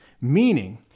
Meaning